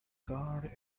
guard